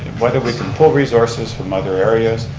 whether we can pull resources from other areas,